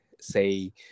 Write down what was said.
say